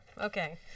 Okay